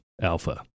Alpha